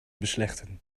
beslechten